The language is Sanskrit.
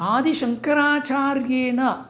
आदिशङ्कराचार्येण